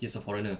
he's a foreigner